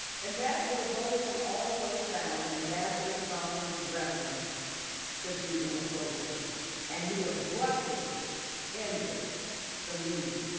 ambassador bolton also found ambassador sondland is referenced to be inappropriate and he abruptly ended the meeting.